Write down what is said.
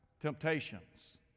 temptations